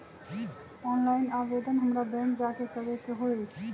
Online आवेदन हमरा bank जाके करे के होई?